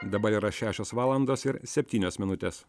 dabar yra šešios valandos ir septynios minutės